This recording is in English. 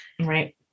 right